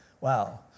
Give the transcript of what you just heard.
wow